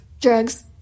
drugs